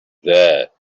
there